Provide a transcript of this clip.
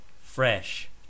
fresh